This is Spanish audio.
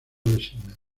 designado